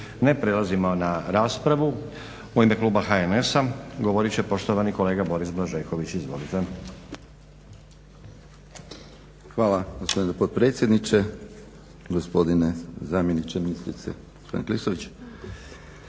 Ne. Prelazimo na raspravu. U ime kluba HNS-a govorit će poštovani kolega Boris Blažeković, izvolite. **Blažeković, Boris (HNS)** Hvala gospodine potpredsjedniče, gospodine zamjeniče ministrice